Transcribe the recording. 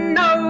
no